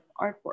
artwork